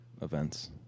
events